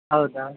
ಹೌದಾ